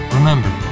Remember